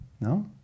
No